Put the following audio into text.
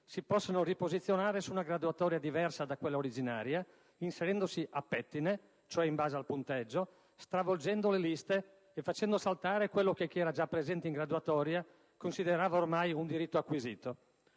si possano riposizionare su una graduatoria diversa da quella originaria, inserendosi a pettine, cioè in base al punteggio, stravolgendo le liste e facendo saltare quello che chi era già presente in graduatoria considerava ormai un diritto acquisito.